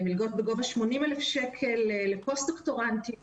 ומלגות בגובה 80,000 שקלים לפוסט דוקטורנטים,